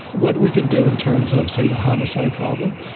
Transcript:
what we can do in terms of, say, the homicide problem,